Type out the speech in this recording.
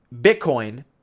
Bitcoin